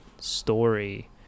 story